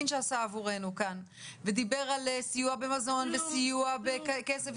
פרלמן שדיבר על סיוע במזון וסיוע בכסף,